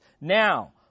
Now